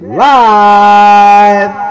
live